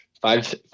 five